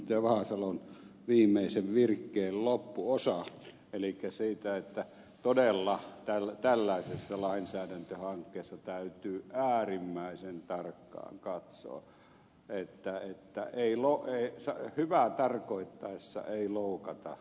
vahasalon viimeisen virkkeen loppuosaa elikkä sitä että todella tällaisessa lainsäädäntöhankkeessa täytyy äärimmäisen tarkkaan katsoa että hyvää tarkoitettaessa ei loukata perusoikeuksia